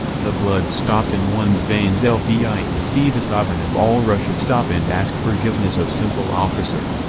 the blood stopped in one's veins' lvi ah to see the sovereign of all russia stop and ask forgiveness of simple officer.